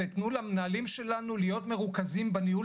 ותנו למנהלים שלנו להיות מרוכזים בניהול